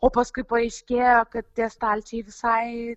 o paskui paaiškėjo kad tie stalčiai visai